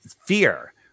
fear